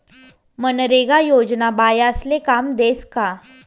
मनरेगा योजना बायास्ले काम देस का?